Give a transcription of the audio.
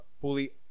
fully